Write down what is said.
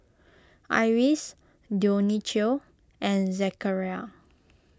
Iris Dionicio and Zechariah